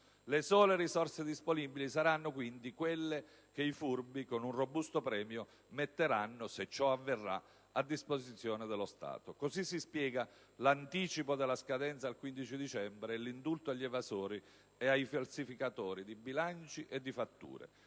Le sole risorse disponibili saranno quindi quelle che i furbi, con un robusto premio, metteranno - se ciò avverrà - a disposizione dello Stato. Così si spiega l'anticipo della scadenza al 15 dicembre e l'indulto agli evasori e ai falsificatori di bilanci e fatture.